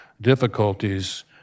difficulties